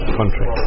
country